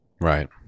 Right